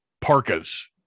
parkas